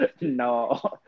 No